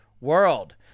world